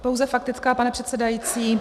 Pouze faktická, pane předsedající.